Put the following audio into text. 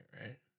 right